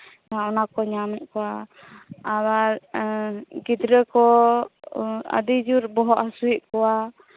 ᱚᱱᱟᱠᱚ ᱧᱟᱢ ᱮᱜ ᱠᱚᱣᱟ ᱟᱵᱟᱨ ᱜᱤᱫᱽᱨᱟᱹ ᱠᱚ ᱟᱹᱰᱤ ᱡᱳᱨ ᱵᱚᱦᱚᱜ ᱦᱟᱹᱥᱩᱭᱮᱜ ᱠᱚᱣᱟ